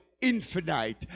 infinite